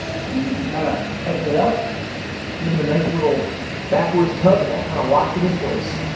and then you can kind of tighten it up give it a nice little backwards tug and that kind of locks it in place